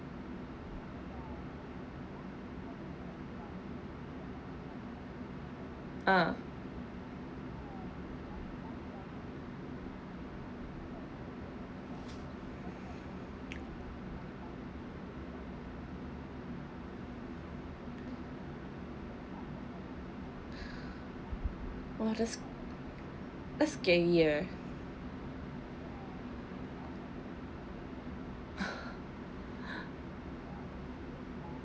uh !wah! that's that's scary eh